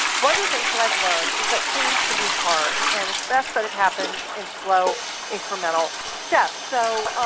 one of the things that i've learned is that change can be hard, and it's best that it happens in slow incremental steps. so